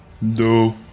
No